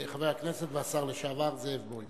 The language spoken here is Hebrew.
חבר הכנסת והשר לשעבר זאב בוים.